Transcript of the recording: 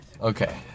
Okay